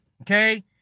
Okay